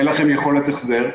אין לכם יכולת החזר.